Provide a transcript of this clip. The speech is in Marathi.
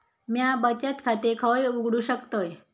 म्या बचत खाते खय उघडू शकतय?